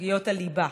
סוגיות הליבה.